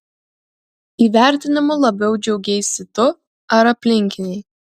įvertinimu labiau džiaugeisi tu ar aplinkiniai